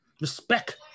respect